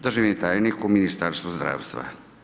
Državni tajnik u Ministarstvu zdravstva.